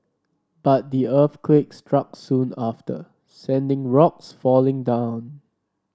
but the earthquake struck soon after sending rocks falling down